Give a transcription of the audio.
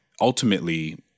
ultimately